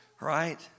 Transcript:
Right